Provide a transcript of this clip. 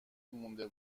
مونده